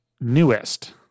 Newest